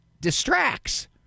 distracts